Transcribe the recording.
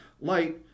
light